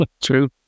True